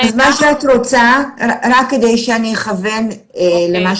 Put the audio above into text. רק כדי שאני אכוון למה